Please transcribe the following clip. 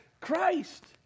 Christ